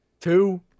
two